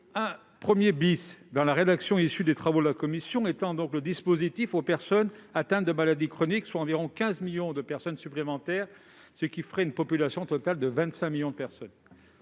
L'article 1 dans la rédaction issue des travaux de la commission étend le dispositif aux personnes atteintes de maladies chroniques, soit environ 15 millions de personnes supplémentaires. Cela ferait donc une population totale de 25 millions de personnes.